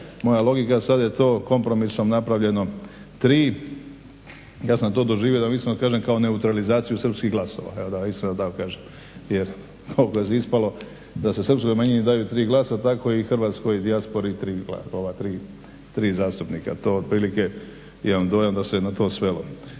moja logika, sad je to kompromisom napravljeno tri. Ja sam to doživio da vam iskreno kažem kao neutralizaciju srpskih glasova, evo da vam iskreno tako kažem jer … ispalo da se srpskoj manjini daju tri glasa, tako i hrvatskoj dijaspori tri zastupnika. To otprilike imam dojam da se na to svelo,